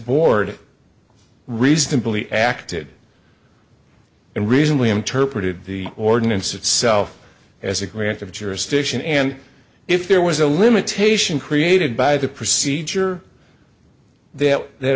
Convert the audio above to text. board reasonably acted and reasonably interpreted the ordinance itself as a grant of jurisdiction and if there was a limitation created by the procedure th